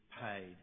paid